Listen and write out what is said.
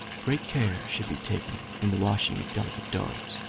great care should be taken in the washing of delicate dogs.